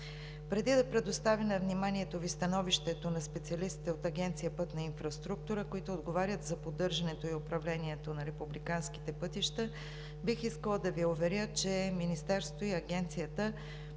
Преди да предоставя на вниманието Ви становището на специалистите от Агенция „Пътна инфраструктура“, които отговарят за поддържането и управлението на републиканските пътища, бих искала да Ви уверя, че Министерството и Агенцията